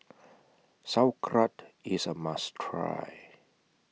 Sauerkraut IS A must Try